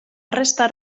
restar